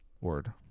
Word